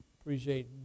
Appreciate